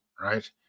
right